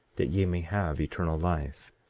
that ye may have eternal life